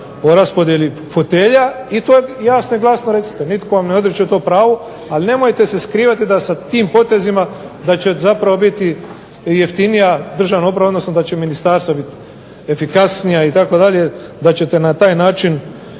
o raspodijeli fotelja i to jasno i glasno recite. Nitko vam ne odriče to pravo, ali nemojte se skrivati da sa tim potezima da će zapravo biti jeftinija državna uprava, odnosno da će ministarstva biti efikasnija itd., da ćete na taj način